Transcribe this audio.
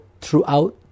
throughout